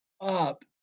up